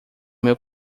meu